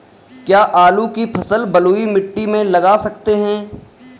क्या आलू की फसल बलुई मिट्टी में लगा सकते हैं?